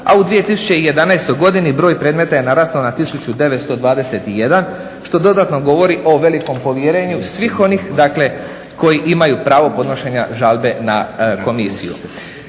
a u 2011. godini broj predmeta je narastao na 1921, što dodatno govori o velikom povjerenju svih onih koji imaju pravo podnošenja žalbe na Komisiju.